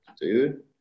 Dude